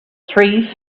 three